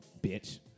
bitch